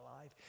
life